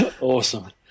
Awesome